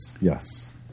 yes